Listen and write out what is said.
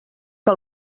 que